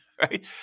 right